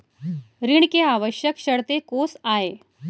ऋण के आवश्यक शर्तें कोस आय?